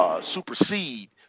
Supersede